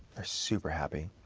they're super happy.